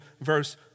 verse